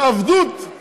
זו עבדות,